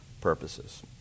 purposes